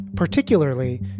particularly